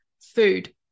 food